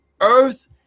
earth